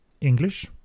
english